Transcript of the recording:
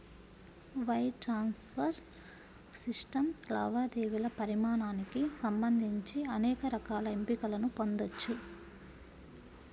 wire transfer system లావాదేవీల పరిమాణానికి సంబంధించి అనేక రకాల ఎంపికలను పొందొచ్చు